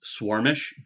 swarmish